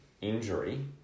injury